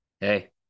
hey